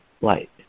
light